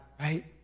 right